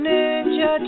Ninja